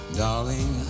darling